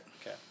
Okay